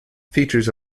features